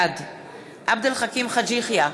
בעד עבד אל חכים חאג' יחיא,